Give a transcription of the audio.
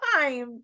time